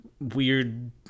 weird